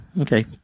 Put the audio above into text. okay